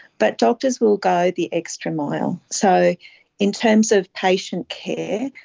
but doctors will go the extra mile. so in terms of patient care,